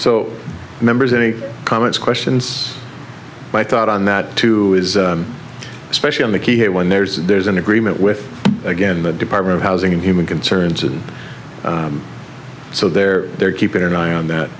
so members any comments questions by thought on that too is especially on the key when there's there's an agreement with again the department of housing and human concerns and so they're they're keeping an eye on that